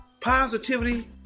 Positivity